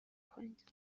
کنید